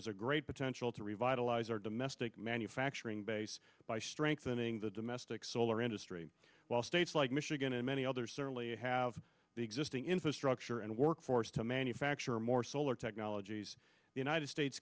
is a great potential to revitalize our domestic manufacturing base by strengthening the domestic solar industry while states like michigan and many other certainly have the existing infrastructure and workforce to manufacture more solar technologies the united states